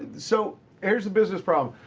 so here's the business problem.